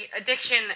addiction